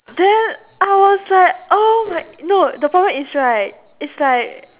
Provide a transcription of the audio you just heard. then I was like oh my no the problem is right it's like